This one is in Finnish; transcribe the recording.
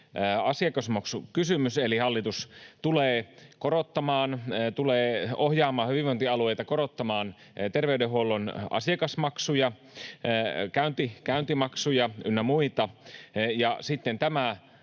asiakasmaksukysymys, eli hallitus tulee ohjaamaan hyvinvointialueita korottamaan terveydenhuollon asiakasmaksuja, käyntimaksuja ynnä muita, ja sitten tästä